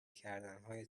کردنهای